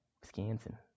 Wisconsin